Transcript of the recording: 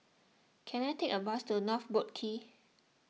can I take a bus to North Boat Quay